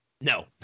No